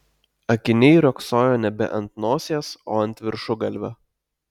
akiniai riogsojo nebe ant nosies o ant viršugalvio